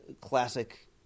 classic